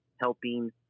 helping